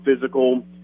physical